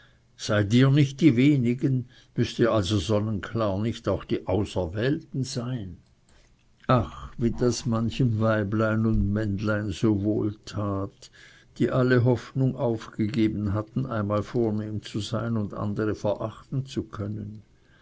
seid ihr nicht die wenigen müßt ihr also sonnenklar nicht auch die auserwählten sein ach wie das manchem weiblein und männlein so wohl tat die alle hoffnung aufgegeben hatten einmal vornehm zu sein und andere verachten zu können